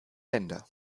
länder